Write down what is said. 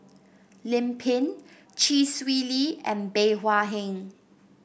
Lim Pin Chee Swee Lee and Bey Hua Heng